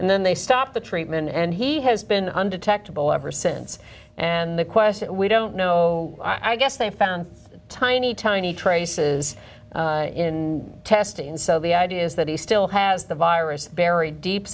and then they stopped the treatment and he has been undetectible ever since and the question we don't know i guess they found tiny tiny traces in testing and so the idea is that he still has the virus buried deep